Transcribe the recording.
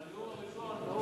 לא,